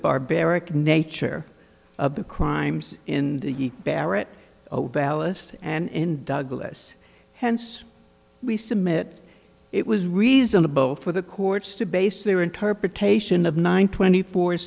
barbaric nature of the crimes in the barrett ballast and douglas hence we submit it was reasonable for the courts to base their interpretation of nine twenty four